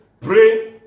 Pray